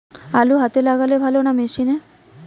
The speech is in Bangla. আলু হাতে লাগালে ভালো না মেশিনে?